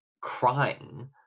crying